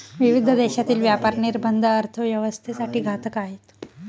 विविध देशांतील व्यापार निर्बंध अर्थव्यवस्थेसाठी घातक आहेत